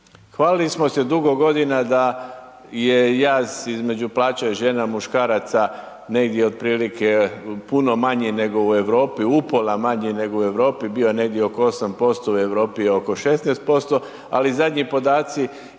Hvalili smo se dugo godina da je jaz između plaća žena i muškaraca negdje otprilike puno manji nego u Europi, upola manji nego u Europi, bio je negdje oko 8%, u Europi oko 16%, ali zadnji podaci